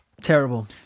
Terrible